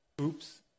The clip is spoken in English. oops